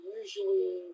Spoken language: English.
usually